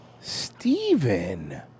Steven